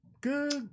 good